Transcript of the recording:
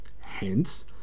Hence